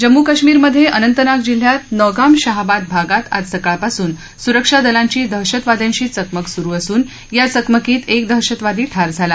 जम्मू काश्मीरमध्ये अनंतनाग जिल्ह्यात नौगाम शहाबाद भागात आज सकाळपासून सुरक्षा दलांची दहशतवाद्यांशी चकमक सुरू असून या चकमकीत एक दहशतवादी ठार झाला